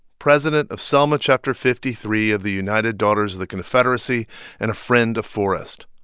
president of selma chapter fifty three of the united daughters of the confederacy and a friend of forrest,